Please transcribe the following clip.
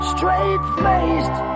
Straight-faced